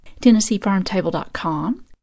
tennesseefarmtable.com